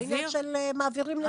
לא עניין של מעבירים נתונים,